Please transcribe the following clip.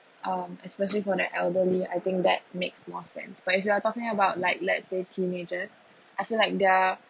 um especially for the elderly I think that makes more sense but if you are talking about like let's say teenagers I feel like they're